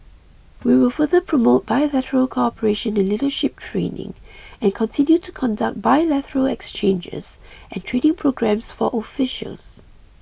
we will further promote bilateral cooperation in leadership training and continue to conduct bilateral exchanges and training programs for officials